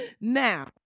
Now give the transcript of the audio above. Now